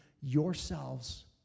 yourselves